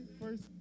first